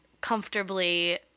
comfortably